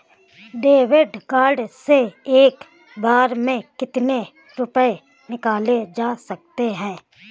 David card से एक बार में कितनी रूपए निकाले जा सकता है?